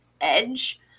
edge